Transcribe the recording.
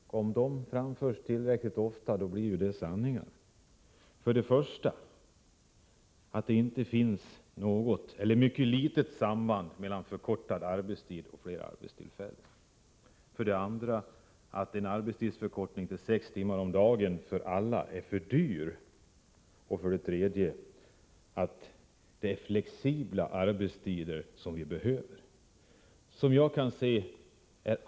Herr talman! Den officiella debatt som förs om förkortad arbetstid präglas av tre myter. Om de framförs tillräckligt ofta blir de sanningar. Den första myten säger att det inte finns något eller mycket litet samband mellan förkortad arbetstid och flera arbetstillfällen. Den andra säger att en arbetstidsförkortning till sex timmar om dagen för alla är för dyr, och den tredje myten säger att vi behöver flexibla arbetstider.